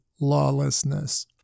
lawlessness